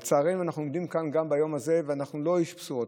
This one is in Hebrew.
לצערנו אנחנו עומדים כאן גם ביום הזה ואנחנו לא אנשי בשורות,